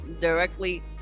directly